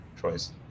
choice